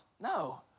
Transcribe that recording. No